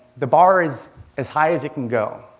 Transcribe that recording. the bar is as high as it can go.